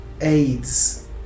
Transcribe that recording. aids